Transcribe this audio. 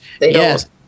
Yes